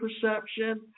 perception